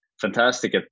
fantastic